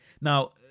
Now